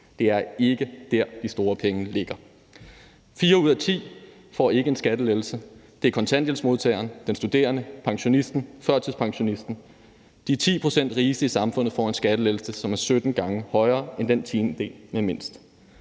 Det er ikke dér, de store penge ligger. Fire ud af ti får ikke en skattelettelse. Det er kontanthjælpsmodtageren, den studerende, pensionisten og førtidspensionisten. De 10 pct. rigeste i samfundet får en skattelettelse, som er 17 gange højere end den tiendedel med mindst.